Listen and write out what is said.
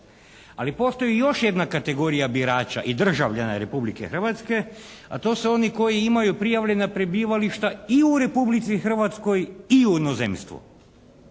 Ali postoji još jedna kategorija birača i državljana Republike Hrvatske a to su oni koji imaju prijavljena prebivališta i u Republici Hrvatskoj i u inozemstvu.